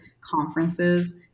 conferences